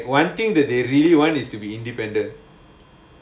like one thing that they really want is to be independent